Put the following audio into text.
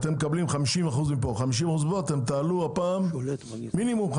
אתם מקבלים 50% מפה ו-50% מפה ; הארנונה תעלה הפעם ב-5% במינימום.